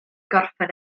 gorffen